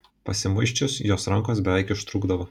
pasimuisčius jos rankos beveik ištrūkdavo